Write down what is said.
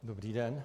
Dobrý den.